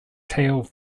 tail